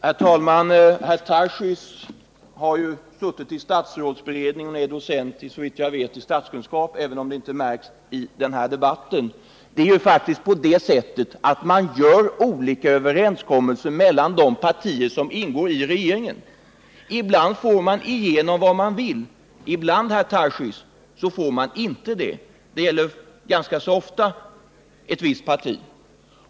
Herr talman! Daniel Tarschys har suttit i statsrådsberedningen och är, såvitt jag vet, docent i statskunskap — även om det inte märks i den här debatten. Det är faktiskt på det sättet att det görs olika överenskommelser mellan de partier som ingår i regeringen. Ibland får man igenom vad man vill, ibland, herr Tarschys, får man inte det. Det gäller ganska ofta ett visst parti.